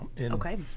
okay